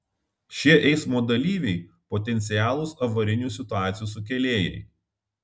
šie eismo dalyviai potencialūs avarinių situacijų sukėlėjai